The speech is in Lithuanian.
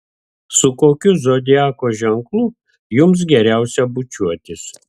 su kokiu zodiako ženklu jums geriausia bučiuotis